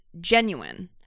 genuine